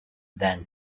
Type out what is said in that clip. then